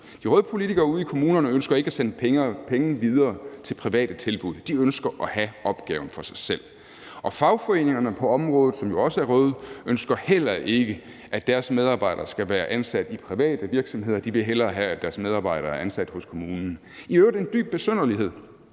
De røde politikere ude i kommunerne ønsker ikke at sende penge videre til private tilbud; de ønsker at have opgaven for sig selv. Fagforeningerne på området, som jo også er røde, ønsker heller ikke, at deres medlemmer skal være ansat i private virksomheder; de vil hellere have, at deres medlemmer er ansat hos kommunen. Det er i øvrigt dybt besynderligt,